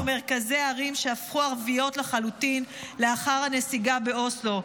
-- ומרכזי הערים שהפכו ערביות לחלוטין לאחר הנסיגה באוסלו.